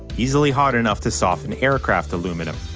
easily hot enough to soften aircraft aluminum.